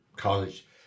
college